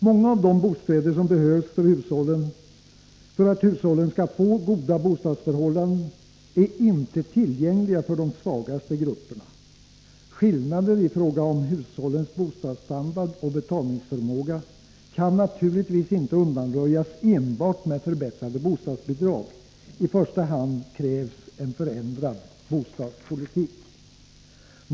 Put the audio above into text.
Många av de bostäder som behövs för att hushållen skall få goda boendeförhållanden är inte tillgängliga för de svagaste grupperna. Skillnaderna i fråga om hushållens bostadsstandard och betalningsförmåga kan naturligtvis inte undanröjas enbart med förbättrade bostadsbidrag. I första hand krävs en förändrad bostadspolitik.